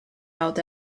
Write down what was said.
out